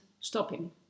stopping